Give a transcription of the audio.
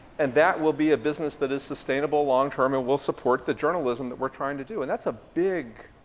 and that will be a business that is sustainable longterm and will support the journalism that we're trying to do. and that's a big